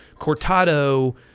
Cortado